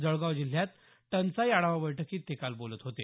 जळगाव जिल्ह्यात टंचाई आढावा बैठकीत ते काल बोलत होते